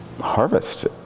Harvest